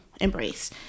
embrace